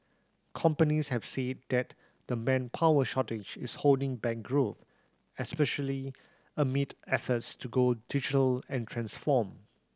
companies have said that the manpower shortage is holding back growth especially amid efforts to go digital and transform